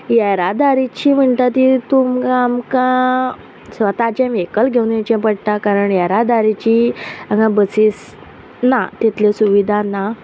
येरादारीची म्हणटा ती तुमकां आमकां स्वताचें वेहिकल घेवन येचें पडटा कारण येरादारीची हांगा बसीस ना तितल्यो सुविधा ना